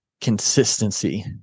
consistency